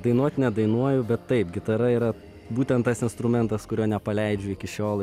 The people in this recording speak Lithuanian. dainuot nedainuoju bet taip gitara yra būtent tas instrumentas kurio nepaleidžiu iki šiol